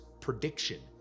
prediction